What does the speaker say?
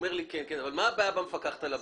אבל מה הבעיה במפקחת על הבנקים?